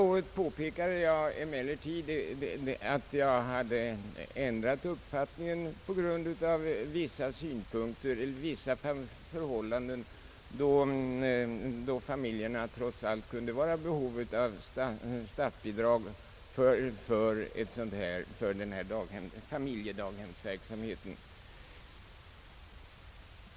Jag påpekade emellertid förra året att jag hade ändrat uppfattning på grund av vissa förhållanden, som gjorde att man trots allt kunde vara i behov av statsbidrag för familjedaghemsverksamhet.